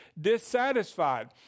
dissatisfied